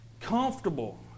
comfortable